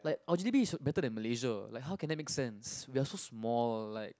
like our G_D_P is better than Malaysia like how can I make sense we are so small like